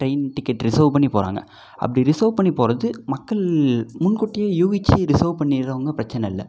train ticket reserve பண்ணி போகிறாங்க அப்படி ரிசெர்வ் பண்ணி போகிறது மக்கள் முன்கூட்டியே யூகித்து ரிசெர்வ் பண்ணிடுறவங்க பிரச்சனை இல்லை